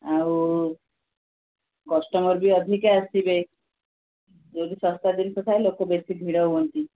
ଆଉ କଷ୍ଟମର୍ ବି ଅଧିକା ଆସିବେ ଯୋଉଠି ଶସ୍ତା ଜିନିଷ ଥାଏ ଲୋକ ବେଶୀ ଭିଡ଼ ହୁଅନ୍ତି